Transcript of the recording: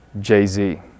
Jay-Z